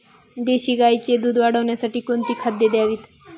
देशी गाईचे दूध वाढवण्यासाठी कोणती खाद्ये द्यावीत?